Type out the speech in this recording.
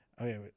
Okay